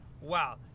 Wow